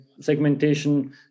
segmentation